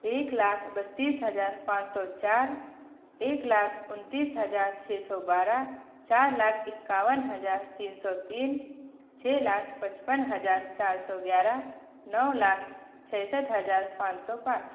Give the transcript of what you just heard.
एक लाख बत्तीस हजार पाँच सौ चार एक लाख उनतीस हजार छः सौ बारह चार लाख इक्यावन हजार तीन सौ तीन छः लाख पचपन हजार चार सौ ग्यारह नौ लाख सरसठ हजार पाँच सौ पाँच